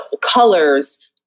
colors